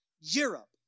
Europe